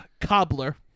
Cobbler